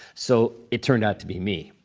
so it turned out to be me.